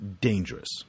dangerous